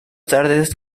tardes